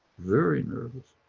very nervous.